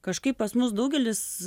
kažkaip pas mus daugelis